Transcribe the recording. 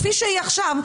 כפי שהיא עכשיו,